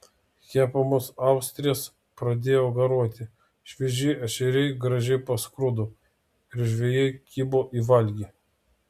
kepamos austrės pradėjo garuoti švieži ešeriai gražiai paskrudo ir žvejai kibo į valgį